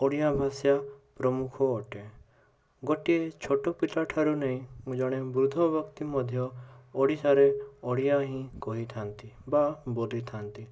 ଓଡ଼ିଆ ଭାଷା ପ୍ରମୁଖ ଅଟେ ଗୋଟିଏ ଛୋଟ ପିଲାଠାରୁ ନେଇ ଜଣେ ବୃଦ୍ଧବକ୍ତି ମଧ୍ୟ ଓଡ଼ିଶାରେ ଓଡ଼ିଆ ହିଁ କହିଥାନ୍ତି ବା ବୋଲିଥାନ୍ତି